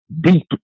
deep